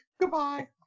Goodbye